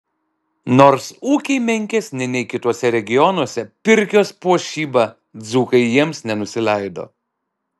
nors ūkiai menkesni nei kituose regionuose pirkios puošyba dzūkai jiems nenusileido